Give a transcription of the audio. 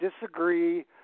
disagree